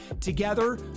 Together